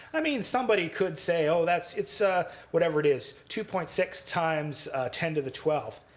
i mean, somebody could say, oh, that's it's ah whatever it is two point six times ten to the twelve.